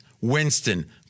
Winston